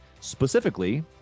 specifically